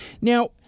Now